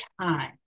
time